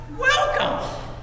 welcome